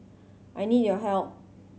I need your help